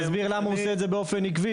גם שיסביר למה הוא עושה את זה באופן עקבי,